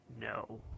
No